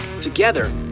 together